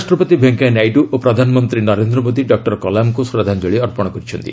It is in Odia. ଉପରାଷ୍ଟ୍ରପତି ଭେଙ୍କେୟା ନାଇଡୁ ଓ ପ୍ରଧାନମନ୍ତ୍ରୀ ନରେନ୍ଦ୍ର ମୋଦି ଡକ୍ଟର କଲାମଙ୍କୁ ଶ୍ରଦ୍ଧାଞ୍ଜଳି ଅର୍ପଣ କରିଛନ୍ତି